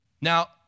Now